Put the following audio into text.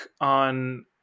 on